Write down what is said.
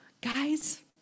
guys